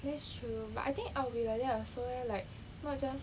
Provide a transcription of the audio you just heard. that's true but I think I will be like that also leh like not just